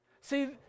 See